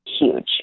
huge